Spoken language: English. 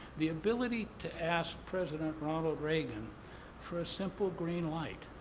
the ability to ask president ronald reagan for a simple green light.